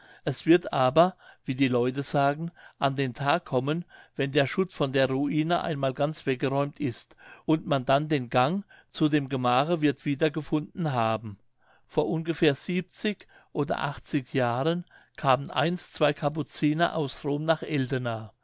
es wird aber wie die leute sagen an den tag kommen wenn der schutt von der ruine einmal ganz weggeräumt ist und man dann den gang zu dem gemache wird wiedergefunden haben vor ungefähr siebenzig oder achtzig jahren kamen einst zwei kapuziner aus rom nach eldena